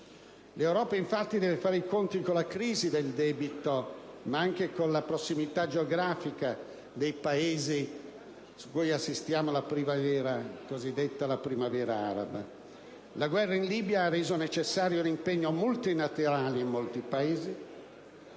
L'Europa, infatti, deve fare i conti con la crisi del debito, ma anche con la prossimità geografica ai Paesi in cui assistiamo alla cosiddetta primavera araba. La guerra in Libia ha reso necessario un impegno multilaterale di molti Paesi.